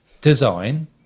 design